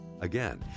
Again